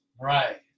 Right